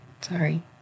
sorry